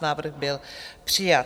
Návrh byl přijat.